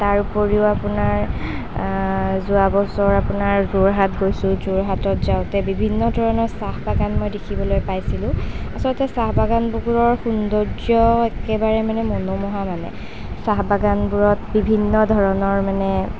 তাৰ উপৰিও আপোনাৰ যোৱা বছৰ আপোনাৰ যোৰহাট গৈছোঁ যোৰহাটত যাওঁতে বিভিন্ন ধৰণৰ চাহ বাগান মই দেখিবলৈ পাইছিলোঁ আচলতে মানে চাহ বাগান বোৰৰ সৌন্দৰ্য্য একেবাৰে মানে মনোমোহা মানে চাহ বাগানবোৰত বিভিন্ন ধৰণৰ মানে